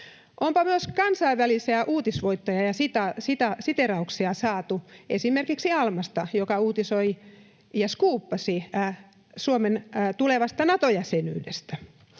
Onpa myös kansainvälisiä uutisvoittoja ja siteerauksia saatu esimerkiksi Almasta, joka uutisoi ja skuuppasi Suomen tulevasta Nato-jäsenyydestä.